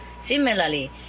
Similarly